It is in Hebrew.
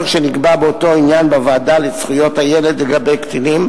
שנקבע באותו עניין בוועדה לזכויות הילד לגבי קטינים,